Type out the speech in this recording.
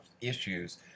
issues